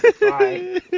Bye